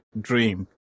dream